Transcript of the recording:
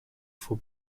for